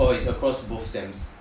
orh is across both sems